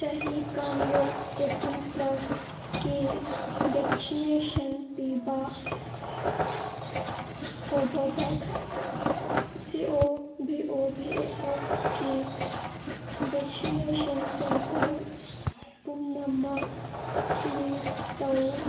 ꯆꯍꯤ ꯀꯥꯡꯂꯨꯞ ꯑꯩꯠꯇꯤꯟ ꯄ꯭ꯂꯁꯀꯤ ꯚꯦꯛꯁꯤꯅꯦꯁꯟ ꯄꯤꯕ Covovax C O V O V A ꯑꯦꯛꯁꯀꯤ ꯚꯦꯛꯁꯤꯅꯦꯁꯟ ꯁꯦꯟꯇꯔ ꯄꯨꯝꯅꯃꯛ ꯂꯤꯁ ꯇꯧ